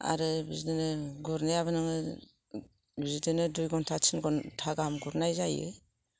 आरो बिदिनो गुरनायाबो नोङो बिदिनो दुइ घन्टा थिन घन्टा गाहाम गुरनाय जायो